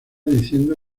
diciendo